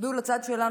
תצביעו לצד שלנו.